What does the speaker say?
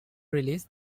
release